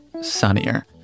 sunnier